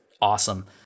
Awesome